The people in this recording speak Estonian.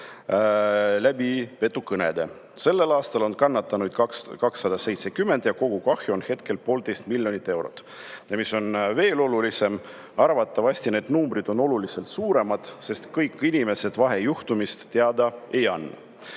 eurot petukõnede tõttu. Sellel aastal on kannatanuid 270 ja kogukahju on hetkel 1,5 miljonit eurot." Ja mis on veel olulisem: "Arvatavasti need numbrid on oluliselt suuremad, sest kõik inimesed vahejuhtumist teada ei anna."